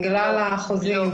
בגלל החוזים,